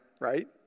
right